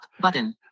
button